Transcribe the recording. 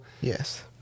Yes